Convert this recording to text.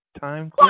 time